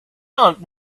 aunt